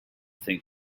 think